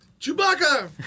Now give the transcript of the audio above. Chewbacca